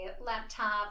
laptop